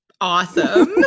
awesome